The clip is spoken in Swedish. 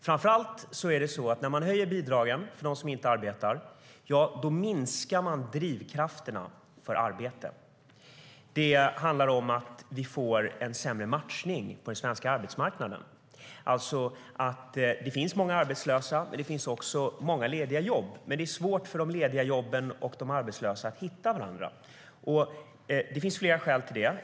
Framför allt är det så att man minskar drivkrafterna för arbete när man höjer bidragen för dem som inte arbetar. Det gör att vi får en sämre matchning på den svenska arbetsmarknaden. Det finns många arbetslösa, men det finns också många lediga jobb. Men det är svårt för de lediga jobben och de arbetslösa att hitta varandra. Det finns flera skäl till det.